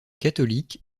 catholique